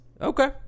Okay